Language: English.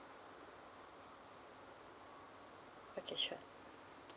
okay sure